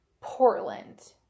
portland